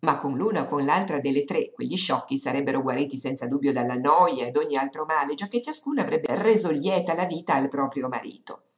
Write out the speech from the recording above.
ma con l'una o con l'altra delle tre quegli sciocchi sarebbero guariti senza dubbio della noja e d'ogni altro male giacché ciascuna avrebbe reso lieta la vita al proprio marito